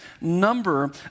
number